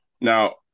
Now